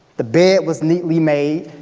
the bed was neatly made.